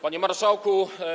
Panie Marszałku!